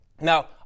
Now